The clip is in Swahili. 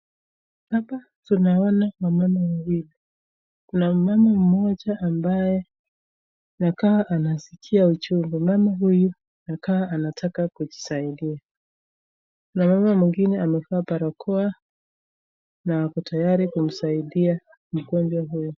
Hapa tunaona wamama wawili. Kuna mama mmoja ambaye anakaa anasikia uchungu. Mama huyu anakaa anataka kujisaidia. Kuna mama mwingine amevaa barakoa na ako tayari kumsaidia mgonjwa huyu.